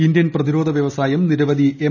Indian പ്രതിരോധ വൃവസായം നിരവധി എം